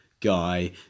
guy